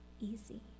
easy